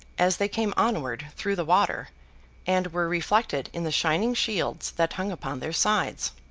as they came onward through the water and were reflected in the shining shields that hung upon their sides.